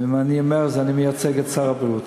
אם אני אומר את זה, אני מייצג את שר הבריאות.